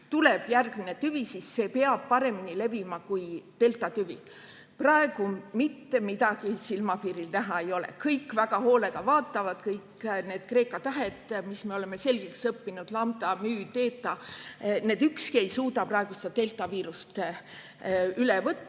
tuleb järgmine tüvi, siis see peab paremini levima kui deltatüvi. Praegu mitte midagi silmapiiril näha ei ole. Kõik väga hoolega vaatavad, aga kõik need kreeka tähed, mis me oleme selgeks õppinud – lambda, müü, teeta –, ükski ei suuda praegu seda deltatüvega viirust üle võtta.